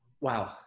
Wow